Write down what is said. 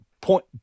point